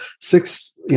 six